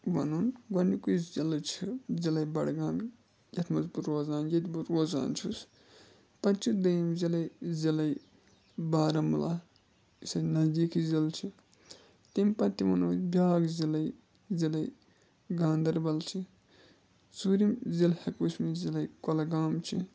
وَنُن گۄڈنیُکُے ضِلہٕ چھِ ضِلَے بَڈگام یَتھ منٛز بہٕ روزان ییٚتہِ بہٕ روزان چھُس پَتہٕ چھُ دٔیِم ضِلہٕ ضِلَے بارہمولہ یُس اَسہِ نزدیٖکی ضِلہٕ چھِ تیٚمہِ پَتہٕ تہِ وَنو أسۍ بیٛاکھ ضِلَے ضلَے گاندَربَل چھِ ژوٗرِم ضِلہٕ ہٮ۪کو أسۍ ؤنِتھ ضِلَے کۄلگام چھِ